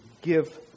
give